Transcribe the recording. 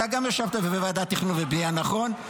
אתה גם ישבת בוועדת תכנון ובנייה, נכון?